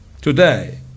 Today